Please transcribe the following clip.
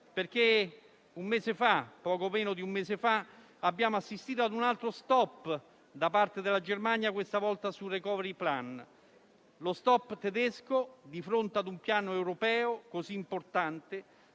solo. Infatti poco meno di un mese fa abbiamo assistito ad un altro *stop* da parte della Germania, questa volta sul *recovery plan;* uno stop tedesco di fronte a un piano europeo molto importante,